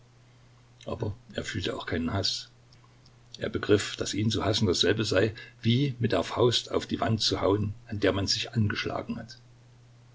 aber er fühlte auch keinen haß er begriff daß ihn zu hassen dasselbe sei wie mit der faust auf die wand zu hauen an der man sich angeschlagen hat